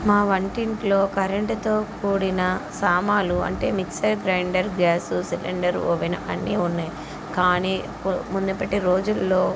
మా వంటింట్లో కరెంట్తో కూడిన సామలు అంటే mixer grinder gas cylinder oven అన్నీ ఉన్నాయి కాని మునిపటి రోజుల్లో